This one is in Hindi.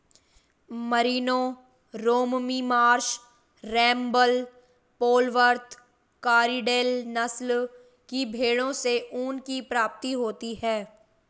मरीनो, रोममी मार्श, रेम्बेल, पोलवर्थ, कारीडेल नस्ल की भेंड़ों से ऊन की प्राप्ति होती है